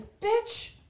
bitch